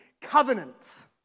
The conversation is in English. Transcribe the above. covenant